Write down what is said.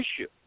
issue